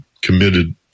committed